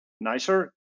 nicer